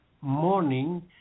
morning